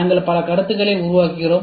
நாங்கள் பல கருத்துக்களை உருவாக்குகிறோம்